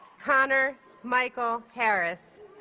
connor michael harris